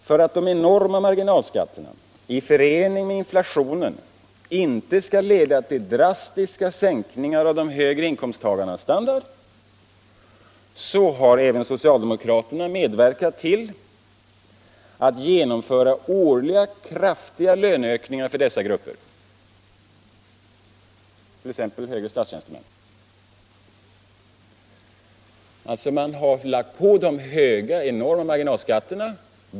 För att de enorma marginalskatterna i förening med inflationen inte skall leda till drastiska sänkningar av de högre inkomsttagarnas standard, har även socialdemokraterna medverkat till att genomföra årliga kraftiga löneökningar för dessa grupper, t.ex. högre statstjänstemän. Man har alltså lagt på de enorma marginalskatterna.